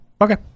Okay